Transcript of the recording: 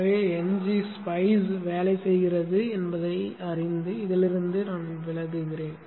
எனவே ngSpice வேலை செய்கிறது என்பதை அறிந்து இதிலிருந்து விலகுகிறேன்